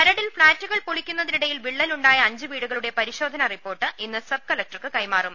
മരടിൽ ഫ്ളാറ്റുകൾ പൊളിക്കുന്നതിനിടയിൽ വിള്ളലുണ്ടായ അഞ്ച് വീടുകളുടെ പരിശോധനാ റിപ്പോർട്ട് ഇന്ന് സബ്ബ് കലക്ടർക്ക് കൈമാറും